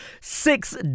Six